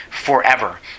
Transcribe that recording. forever